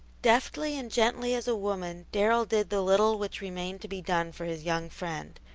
deftly and gently as a woman darrell did the little which remained to be done for his young friend,